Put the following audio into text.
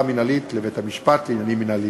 מינהלית לבית-המשפט לעניינים מינהליים.